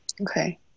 Okay